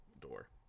door